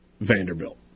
Vanderbilt